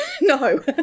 no